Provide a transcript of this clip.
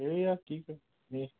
এয়া কি কৰিম এনেই